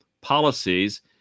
policies